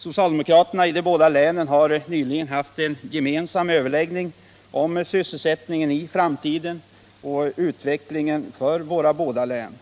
Socialdemokraterna i de båda länen har rätt nyligen haft en gemensam överläggning om sysselsättningen i framtiden och utvecklingen för våra båda län.